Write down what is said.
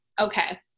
okay